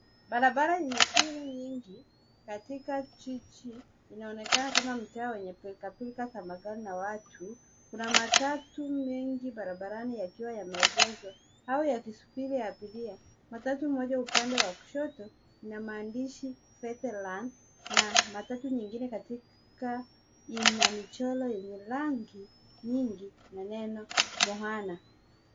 Barabara yenye shughuli nyingi katika jiji inaonekana kama mtaa yenye pilkapilka na watu. Kuna matatu mengi barabarani yakiwa yameegeshwa au yakisubiri abiria. Matatu mmoja upande wa kushoto ina maandishi Veteran na matatu nyingine katika ina michoro yenye rangi nyingi na neno Moana.